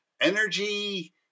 energy